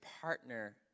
partner